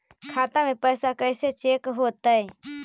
खाता में पैसा कैसे चेक हो तै?